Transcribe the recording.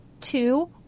two